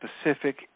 specific